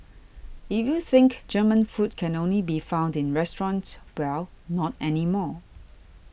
if you think German food can only be found in restaurants well not anymore